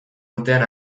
urtean